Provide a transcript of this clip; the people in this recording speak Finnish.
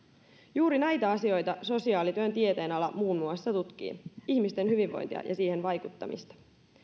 juuri näitä asioita sosiaalityön tieteenala muun muassa tutkii ihmisten hyvinvointia ja siihen vaikuttamista